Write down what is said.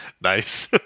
nice